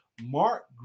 Mark